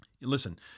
Listen